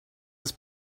das